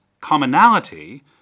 commonality